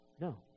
No